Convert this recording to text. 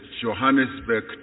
Johannesburg